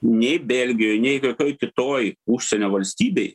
nei belgijoj nei kokioj kitoj užsienio valstybėj